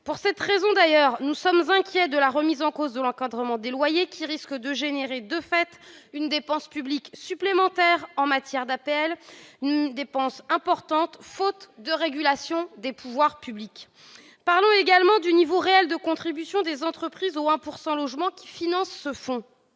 Pour cette raison, nous sommes inquiets de la remise en cause de l'encadrement des loyers, qui risque d'entraîner de fait une dépense publique supplémentaire en matière d'APL, une dépense importante, faute de régulation des pouvoirs publics. Parlons également du niveau réel de contribution des entreprises au 1 % logement qui finance ce fonds.